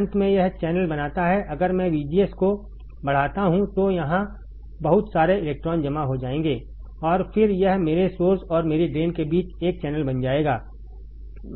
अंत में यह चैनल बनाता है अगर मैं VGS को बढ़ाता हूं तो यहां बहुत सारे इलेक्ट्रॉन जमा हो जाएंगे और फिर यह मेरे सोर्स और मेरी ड्रेन के बीच एक चैनल